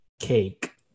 cake